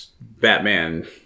Batman